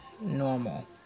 normal